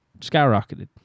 skyrocketed